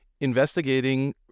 investigating